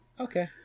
Okay